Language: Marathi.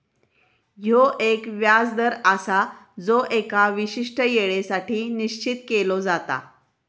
ह्यो एक व्याज दर आसा जो एका विशिष्ट येळेसाठी निश्चित केलो जाता